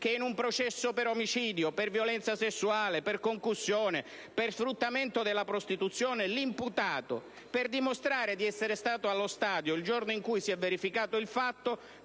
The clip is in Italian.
che in un processo per omicidio, per violenza sessuale, per concussione, per sfruttamento della prostituzione l'imputato, per dimostrare di essere stato allo stadio il giorno in cui si è verificato il fatto,